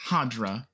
Hadra